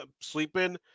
sleeping